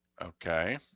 Okay